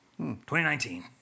2019